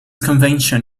convention